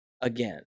Again